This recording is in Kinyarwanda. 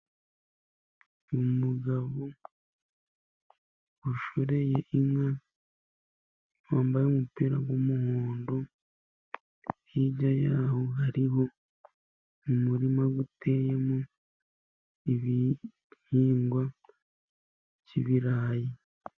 Umugabo ushoreye inka wambaye umupira w'umuhondo, hirya y'aho hariho umurima uteyemo ibihingwa by'ibirayi.